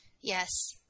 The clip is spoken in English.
Yes